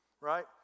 right